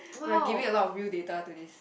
but I'm giving a lot of real data to this